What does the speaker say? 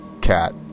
cat